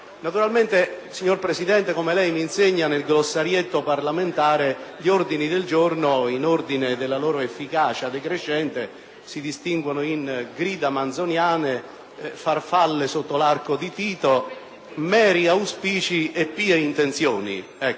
Naturalmente, signor Presidente, come lei mi insegna, nel glossarietto parlamentare gli ordini giorno, in ordine alla loro efficacia decrescente si distinguono in grida manzoniane, farfalle sotto l'Arco di Tito, meri auspici e pie intenzioni.